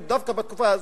דווקא בתקופה הזאת,